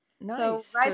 Nice